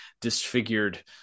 disfigured